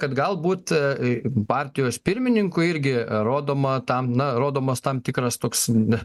kad galbūt partijos pirmininkui irgi rodoma tam na rodomas tam tikras toks na